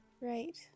right